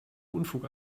unfug